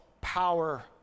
power